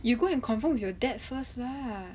you go and confirm with your dad first lah